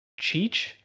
Cheech